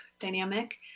dynamic